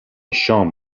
شام